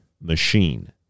machine